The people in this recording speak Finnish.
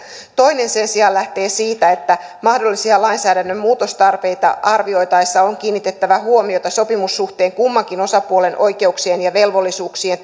toinen sen sijaan lähtee siitä että mahdollisia lainsäädännön muutostarpeita arvioitaessa on kiinnitettävä huomiota sopimussuhteen kummankin osapuolen oikeuksien ja velvollisuuksien